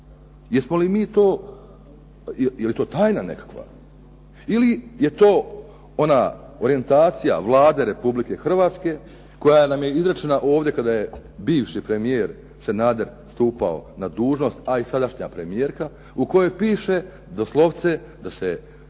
to recite. Je li to tajna nekakva? Ili je to ona orijentacija Vlade Republike Hrvatske koja nam je izrečena ovdje kada nam je bivši premijer Sanader stupao na dužnost, a i sadašnja premijerka u kojoj piše doslovce da se Hrvatska